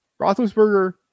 Roethlisberger